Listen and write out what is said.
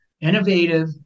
innovative